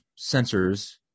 sensors